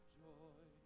joy